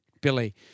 Billy